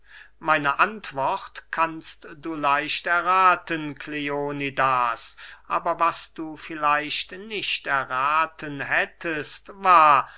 meine antwort kannst du leicht errathen kleonidas aber was du vielleicht nicht errathen hättest war